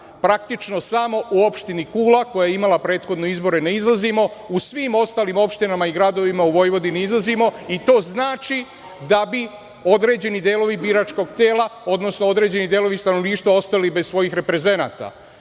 Praktično samo u opštini Kula, koja je imala prethodne izbore ne izlazimo, u svim ostalim opštinama i gradovima u Vojvodini izlazimo i to znači da bi određeni delovi biračkog tela, odnosno određeni delovi stanovništva ostali bez svojih reprezenata. Južno